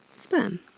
sperm.